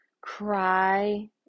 Cry